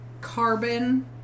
carbon